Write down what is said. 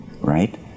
right